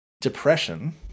Depression